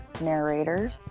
narrators